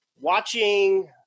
watching